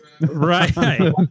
Right